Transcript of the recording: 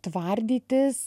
tvardytis